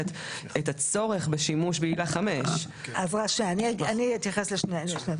את הצורך בשימוש בעילה 5. אני אתייחס לשניהם.